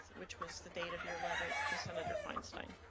which was the date of your letter to senator feinstein?